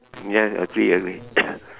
ya agree agree